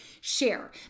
share